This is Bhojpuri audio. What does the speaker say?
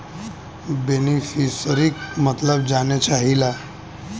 बेनिफिसरीक मतलब जाने चाहीला?